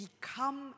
become